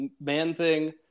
Man-Thing